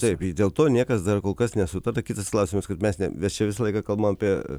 taip dėl to niekas dar kol kas nesutarta kitas klausimas kur mes ne mes čia visą laiką kalbam apie